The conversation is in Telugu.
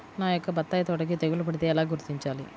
నా యొక్క బత్తాయి తోటకి తెగులు పడితే ఎలా గుర్తించాలి?